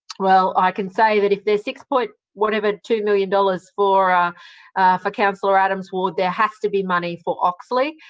well, i can say that if there's six point whatever, two million, dollars for for councillor adams' ward, there has to be money for oxley.